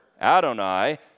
Adonai